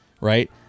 right